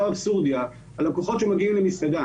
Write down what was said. הלקוחות שמגיעים למסעדה